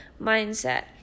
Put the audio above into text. mindset